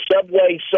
Subway